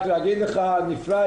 היה נפלא.